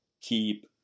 keep